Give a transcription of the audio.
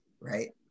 right